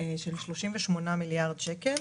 של 38 מיליארד שקל.